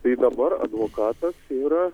tai dabar advokatas yra